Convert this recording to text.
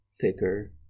thicker